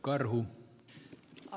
arvoisa puhemies